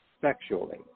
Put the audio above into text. sexually